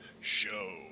Show